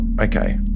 okay